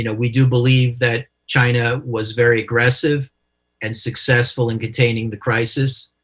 you know we do believe that china was very aggressive and successful in containing the crisis.